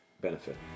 benefit